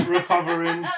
Recovering